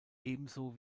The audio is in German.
ebenso